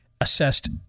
assessed